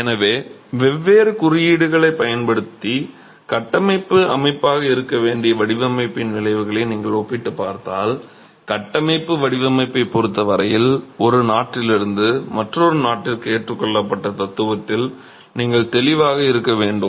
எனவே வெவ்வேறு குறியீடுகளைப் பயன்படுத்தி கட்டமைப்பு அமைப்பாக இருக்க வேண்டிய வடிவமைப்பின் விளைவுகளை நீங்கள் ஒப்பிட்டுப் பார்த்தால் கட்டமைப்பு வடிவமைப்பைப் பொறுத்த வரையில் ஒரு நாட்டிலிருந்து மற்றொரு நாட்டிற்கு ஏற்றுக்கொள்ளப்பட்ட தத்துவத்தில் நீங்கள் தெளிவாக இருக்க வேண்டும்